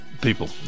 people